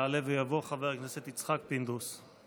יעלה ויבוא חבר הכנסת יצחק פינדרוס.